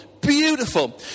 beautiful